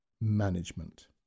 Management